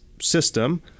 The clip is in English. system